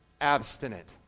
abstinent